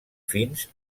fins